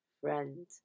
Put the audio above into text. friend